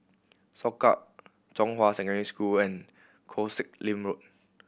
Soka Zhonghua Secondary School and Koh Sek Lim Road